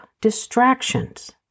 distractions